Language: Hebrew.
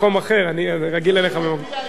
אני רגיל אליך במקום,